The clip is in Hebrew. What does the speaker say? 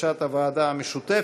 כבקשת הוועדה המשותפת.